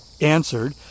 answered